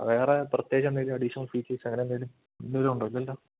വേറെ പ്രത്യേകിച്ച് എന്തെങ്കിലും അഡീഷണൽ ഫീച്ചേഴ്സ്സ് അങ്ങനെ എന്തെങ്കിലും എന്തെങ്കിലുമുണ്ടോ ഇല്ലല്ലോ